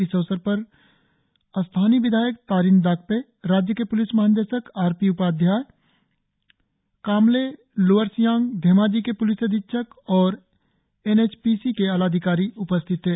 इस अवसर पर स्थानीय विधायक तारिन दाकपे राज्य के प्लिस महानिदेशक आर पी उपाध्यक्ष कामले लोअर सियांग धेमाजी के प्लिस अधीक्षक और एन एच पी सी के आलाधिकारी उपस्थित थे